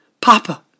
Papa